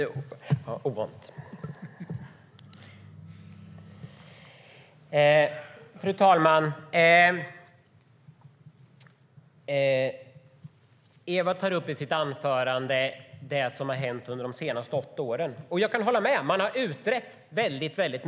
Fru talman! I sitt anförande tar Ewa upp det som har hänt de senaste åtta åren. Och jag kan hålla med om att man har utrett väldigt mycket.